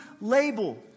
label